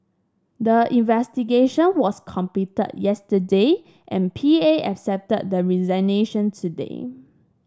the investigation was completed yesterday and P A accepted the resignation today